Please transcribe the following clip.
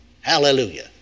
Hallelujah